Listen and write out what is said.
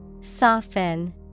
Soften